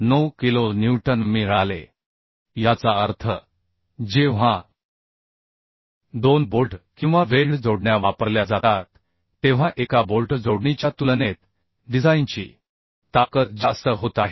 9 kilonewton मि ळाले याचा अर्थ जेव्हा दोन बोल्ट किंवा वेल्ड जोडण्या वापरल्या जातात तेव्हा एका बोल्ट जोडणीच्या तुलनेत डिझाइनची ताकद जास्त होत आहे